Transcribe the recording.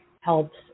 helps